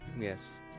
Yes